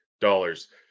dollars